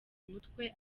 umutwe